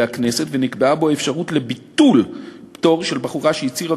הכנסת ונקבעה בו אפשרות לביטול פטור של בחורה שהצהירה